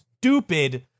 stupid